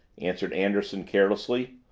answered anderson carelessly.